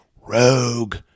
Rogue